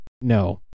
no